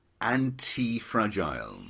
Anti-Fragile